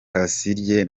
kasirye